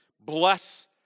bless